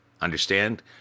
Understand